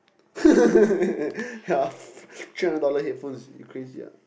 ya three hundred dollar headphones you crazy ah